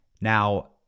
Now